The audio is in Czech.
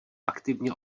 aktivně